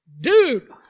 Dude